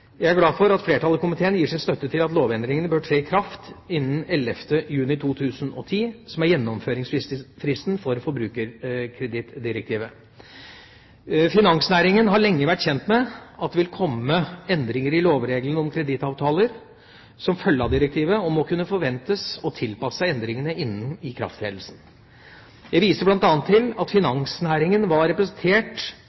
Jeg er glad for at flertallet i komiteen gir sin støtte til at lovendringene bør tre i kraft innen 11. juni 2010, som er gjennomføringsfristen når det gjelder forbrukerkredittdirektivet. Finansnæringen har lenge vært kjent med at det ville komme endringer i lovreglene om kredittavtaler som følge av direktivet, og må kunne forventes å tilpasse seg endringene innen ikrafttredelsen. Jeg viser bl.a. til at